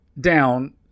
down